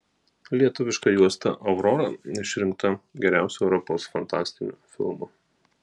lietuviška juosta aurora išrinkta geriausiu europos fantastiniu filmu